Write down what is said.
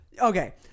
okay